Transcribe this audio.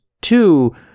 two